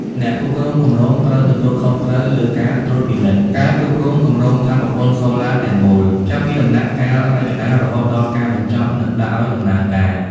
អ្នកគ្រប់គ្រងគម្រោងត្រូវទទួលខុសត្រូវលើការត្រួតពិនិត្យ ការគ្រប់គ្រងគម្រោងថាមពលសូឡាទាំងមូល ចាប់ពីដំណាក់កាលរចនារហូតដល់ការបញ្ចប់ និងដាក់ឱ្យដំណើរការ។